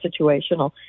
situational